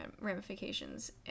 ramifications